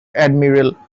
admiral